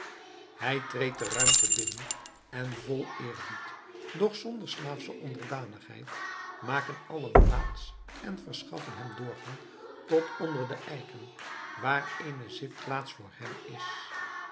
hij treedt de ruimte binnen en vol eerbied doch zonder slaafsche onderdanigheid maken allen plaats en verschaffen hem doorgang tot onder de eiken waar eene zitplaats voor hem is